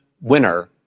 winner